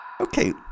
Okay